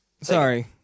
Sorry